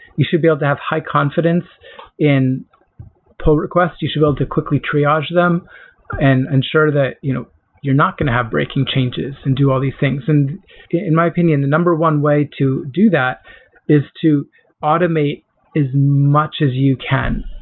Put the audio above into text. you should be able to have high confidence in poll requests. you should be able to quickly triage them and ensure that you know you're not going to have breaking changes and do all these things. and in my opinion, the number one way to do that is to automate as much as you can,